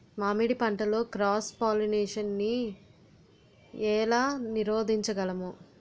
మామిడి పంటలో cross pollination నీ ఏల నీరోధించగలము?